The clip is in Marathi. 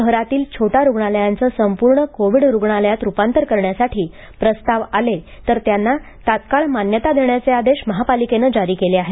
शहरातील छोट्या रुग्णालयांचं संपूर्ण कोव्हिड रुग्णालयात रूपांतर करण्यासाठी प्रस्ताव आले तर त्यांना तत्काळ मान्यता देण्याचे आदेश महापालिकेनं जारी केले आहेत